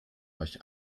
euch